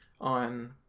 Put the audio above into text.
on